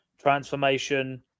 transformation